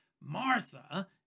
Martha